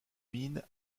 mines